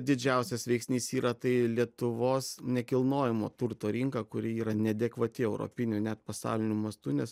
didžiausias veiksnys yra tai lietuvos nekilnojamo turto rinka kuri yra neadekvati europiniu net pasauliniu mastu nes